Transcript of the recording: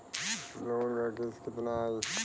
Loan क किस्त कितना आई?